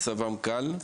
מצבם קל,